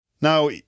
Now